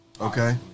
Okay